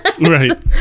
right